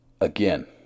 Again